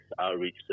outreach